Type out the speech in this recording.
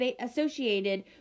associated